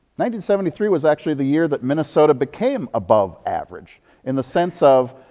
nineteen seventy-three was actually the year that minnesota became above-average, in the sense of,